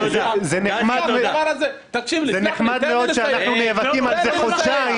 זה נחמד מאוד שאנחנו נאבקים על זה חודשיים,